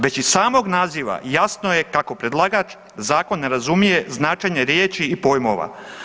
Već iz samog naziva jasno je kako predlagač zakon ne razumije, značenje riječi i pojmova.